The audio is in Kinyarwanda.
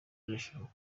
birashoboka